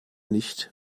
nicht